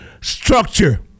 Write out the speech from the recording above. Structure